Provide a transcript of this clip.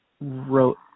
wrote